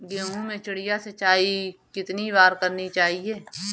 गेहूँ में चिड़िया सिंचाई कितनी बार करनी चाहिए?